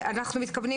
אנחנו מתכוונים